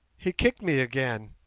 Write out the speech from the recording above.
he kicked me again.